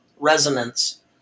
Resonance